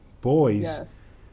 boys